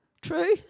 True